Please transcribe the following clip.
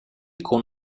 con